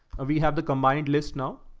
ah we have the combined list now.